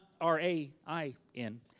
R-A-I-N